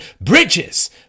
bridges